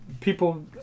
people